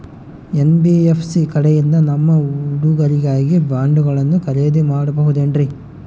NBFC ಕಡೆಯಿಂದ ನಮ್ಮ ಹುಡುಗರಿಗಾಗಿ ಬಾಂಡುಗಳನ್ನ ಖರೇದಿ ಮಾಡಬಹುದೇನ್ರಿ?